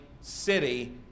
city